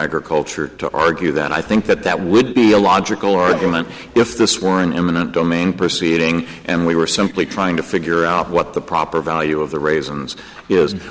agriculture to argue that i think that that would be a logical argument if this were an eminent domain proceeding and we were simply trying to figure out what the proper value of the raisins is and